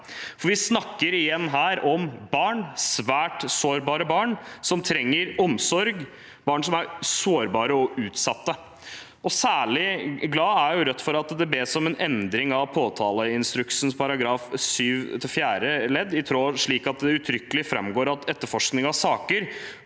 for vi snakker igjen her om barn – svært sårbare barn – som trenger omsorg, barn som er sårbare og utsatte. Særlig glad er Rødt for at det bes om en endring av påtaleinstruksen § 7 fjerde ledd, slik at det uttrykkelig framgår at etterforskning av saker